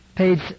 page